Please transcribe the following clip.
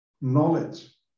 knowledge